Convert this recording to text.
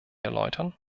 erläutern